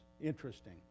interesting